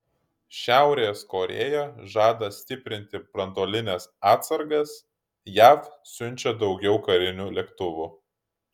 šiaurės korėja žada stiprinti branduolines atsargas jav siunčia daugiau karinių lėktuvų